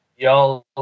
Y'all